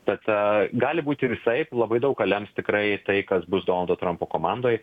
tad gali būti visaip labai daug ką lems tikrai tai kas bus donaldo trampo komandoj